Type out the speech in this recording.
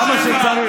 כמה שצריך.